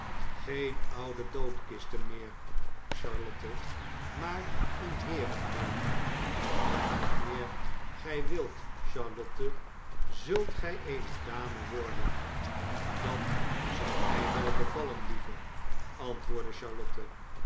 geen oude doodkisten meer charlotte maar een heerenleven en wanneer gij wilt charlotte zult gij eene dame worden dat zou mij wel bevallen lieve antwoordde charlotte